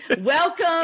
Welcome